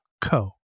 co